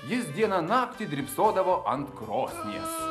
jis dieną naktį drybsodavo ant krosnies